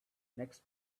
next